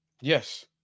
Yes